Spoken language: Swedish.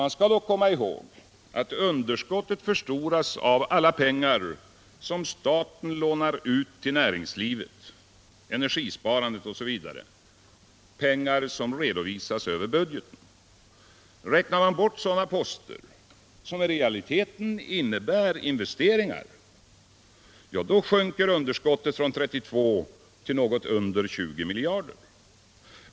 Man skall dock komma ihåg att underskottet förstoras av alla pengar som staten lånar ut till näringslivet, energisparandet osv. —- pengar som redovisas över budgeten. Räknar man bort sådana poster, som i realiteten innebär investeringar, sjunker underskottet från 32 till något under 20 miljarder kronor.